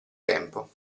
tempo